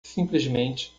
simplesmente